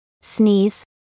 sneeze